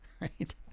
Right